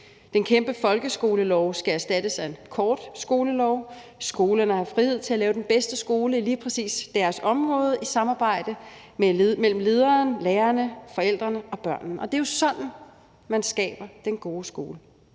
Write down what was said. Den kæmpe folkeskolelov skal erstattes af en kort skolelov, og skolerne skal have frihed til at lave den bedste skole i lige præcis deres område i et samarbejde mellem lederen, lærerne, forældrene og børnene. Det er jo sådan, man skaber den gode skole